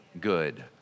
good